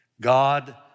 God